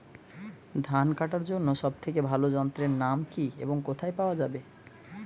ধান কাটার জন্য সব থেকে ভালো যন্ত্রের নাম কি এবং কোথায় পাওয়া যাবে?